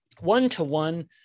one-to-one